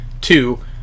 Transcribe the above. Two